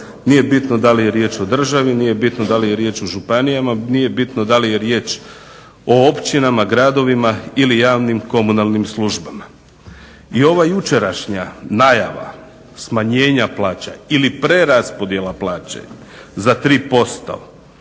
Nije bitno da li je riječ o državi nije bitno da li je riječ o županijama, nije bitno da li je riječ o općinama, gradovima ili javnim komunalnim službama. I ova jučerašnja najava smanjenja plaća ili preraspodjela plaće za 3%,